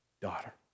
daughter